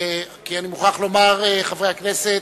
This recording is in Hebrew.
כי אני מוכרח לומר, חברי הכנסת,